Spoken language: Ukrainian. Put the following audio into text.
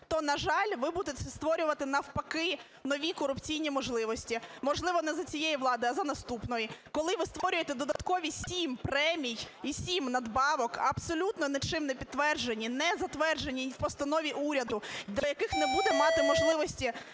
то, на жаль, ви будете створювати, навпаки, нові корупційні можливості. Можливо, не за цієї влади, а за наступної. Коли ви створюєте додаткові сім премій і сім надбавок, абсолютно нічим не підтверджені, не затверджені ні в постанові уряду, до яких не буде мати можливості